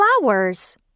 flowers